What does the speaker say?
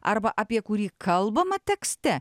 arba apie kurį kalbama tekste